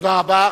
תודה רבה.